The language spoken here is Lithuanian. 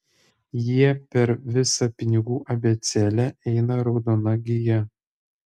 jie per visą pinigų abėcėlę eina raudona gija